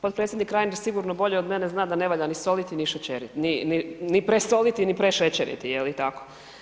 Potpredsjednik Reiner sigurno bolje od mene zna da ne valja ni soliti ni šećeriti, ni presoliti ni prešećeriti, je li tako?